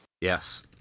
yes